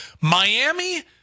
Miami